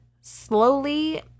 Slowly